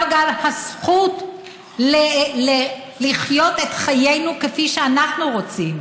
אבל גם הזכות לחיות את חיינו כפי שאנחנו רוצים,